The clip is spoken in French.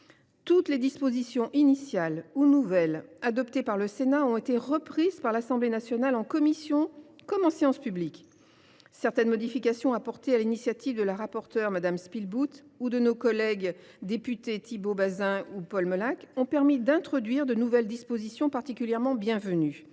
Toutes les dispositions initiales ou nouvelles adoptées par le Sénat ont été reprises par l’Assemblée nationale, en commission comme en séance publique. Certaines modifications, sur l’initiative de la rapporteure Violette Spillebout ou de nos collègues députés Thibaut Bazin ou Paul Molac, ont permis d’introduire de nouvelles dispositions particulièrement bienvenues.